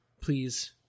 please